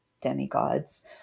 demigods